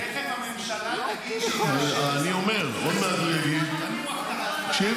תכף הממשלה תגיד שהיא תאשר --- תנוח דעתך.